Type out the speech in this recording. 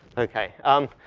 okay. um,